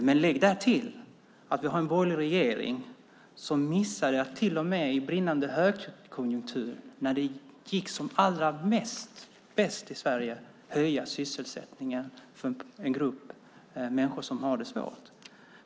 Men den borgerliga regeringen missade till och med under brinnande högkonjunktur, när det gick som allra bäst för Sverige, att höja sysselsättningen för en grupp människor som har det svårt.